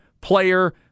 player